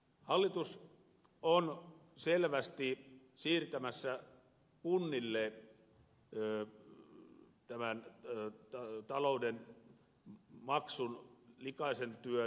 hallitus on selvästi siirtämässä kunnille tämän talouden maksun likaisen työn